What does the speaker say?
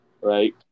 right